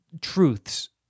truths